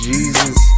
Jesus